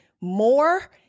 more